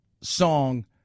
song